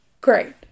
Great